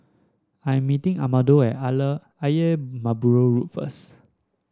I am meeting Amado at Ayer Merbau Road first